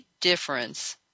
difference